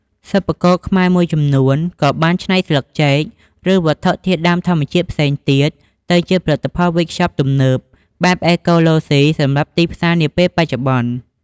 សិប្បករខ្មែរមួយចំនួនក៏បានច្នៃស្លឹកចេក ឬវត្ថុធាតុដើមធម្មជាតិផ្សេងទៀត ទៅជា ផលិតផលវេចខ្ចប់ទំនើប បែបអេកូឡូស៊ីសម្រាប់ទីផ្សារនាពេលបច្ចុប្បន្ន។